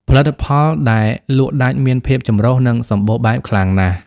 ផលិតផលដែលដាក់លក់មានភាពចម្រុះ និងសំបូរបែបខ្លាំងណាស់។